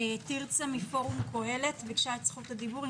תרצה מפורום קהלת ביקשה את זכות הדיבור.